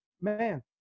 Man